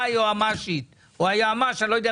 הוא מאבק למען